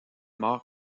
mort